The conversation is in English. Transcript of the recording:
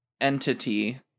entity